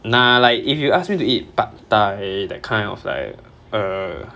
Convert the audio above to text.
nah like if you ask me to eat pad thai that kind of like err